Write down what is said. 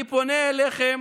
אני פונה אליכם